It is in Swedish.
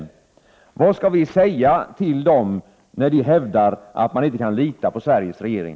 Vad skall vi säga till dem, när de hävdar att man inte kan lita på Sveriges regering?